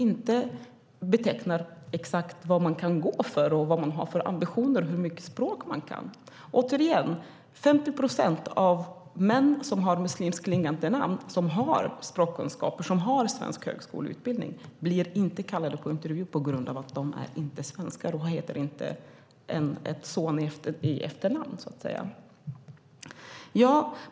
Det betecknar inte vad man går för, vilka ambitioner man har och hur mycket språk man kan. Som jag sade tidigare blir 50 procent av män med muslimskt klingande namn som har språkkunskaper och svensk högskoleutbildning inte kallade till intervju på grund av att de inte är svenskar med ett svenskt efternamn.